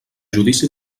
judici